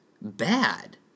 bad